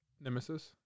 nemesis